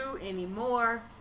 anymore